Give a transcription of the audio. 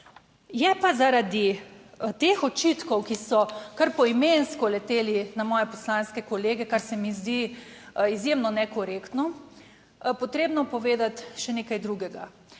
Je pa zaradi teh očitkov, ki so kar poimensko leteli na moje poslanske kolege, kar se mi zdi izjemno nekorektno, potrebno povedati še nekaj drugega.